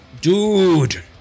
dude